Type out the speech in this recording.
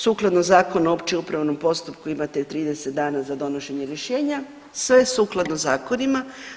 Sukladno Zakonu o općem upravnom postupku imate 30 dana za donošenje rješenja, sve sukladno zakonima.